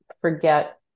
forget